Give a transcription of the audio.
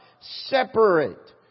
Separate